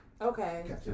Okay